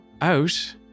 out